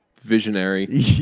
visionary